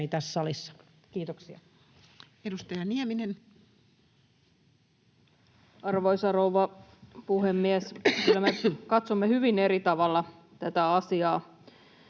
tässä salissa. — Kiitoksia. Edustaja Nieminen. Arvoisa rouva puhemies! Kyllä me katsomme hyvin eri tavalla tätä asiaa